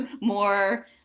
more